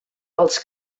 els